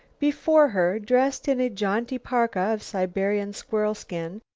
before her, dressed in a jaunty parka of siberian squirrel-skin,